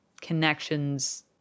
connections